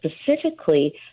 specifically